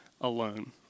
alone